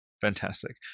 fantastic